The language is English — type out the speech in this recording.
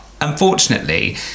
Unfortunately